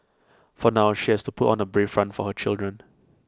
for now she has to put on A brave front for her children